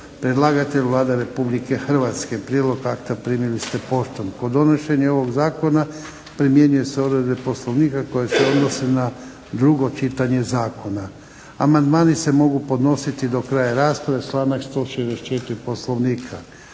Predlagatelj Vlada Republike Hrvatske. Prijedlog akta primili ste poštom. Kod donošenja ovog zakona primjenjuju se odredbe Poslovnika koje se odnose na drugo čitanje zakona. Amandmani se mogu podnositi do kraja rasprave, članak 164. Poslovnika.